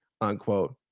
Unquote